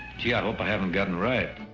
gee i hope i haven't gotten ripe.